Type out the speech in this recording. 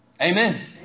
Amen